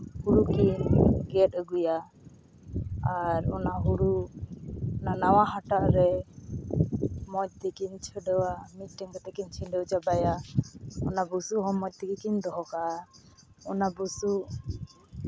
ᱦᱩᱲᱩ ᱠᱤᱱ ᱜᱮᱛ ᱟᱹᱜᱩᱭᱟ ᱟᱨ ᱚᱱᱟ ᱦᱩᱲᱩ ᱚᱱᱟ ᱱᱟᱣᱟ ᱦᱟᱴᱟᱜ ᱨᱮ ᱢᱚᱡᱽ ᱛᱮᱠᱤᱱ ᱪᱷᱤᱰᱟᱹᱣᱟ ᱢᱤᱫᱴᱮᱱ ᱠᱟᱛᱮᱫ ᱠᱤᱱ ᱪᱷᱤᱰᱟᱹᱣ ᱪᱟᱵᱟᱭᱟ ᱚᱱᱟ ᱵᱩᱥᱩᱵ ᱦᱚᱸ ᱢᱚᱡᱽ ᱛᱮᱜᱮ ᱠᱤᱱ ᱫᱚᱦᱚ ᱠᱟᱜᱼᱟ ᱚᱱᱟ ᱵᱩᱥᱩᱵ